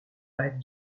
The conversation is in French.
pas